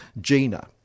Gina